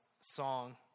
song